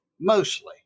mostly